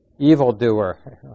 evildoer